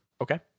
Okay